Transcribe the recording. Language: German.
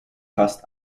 fast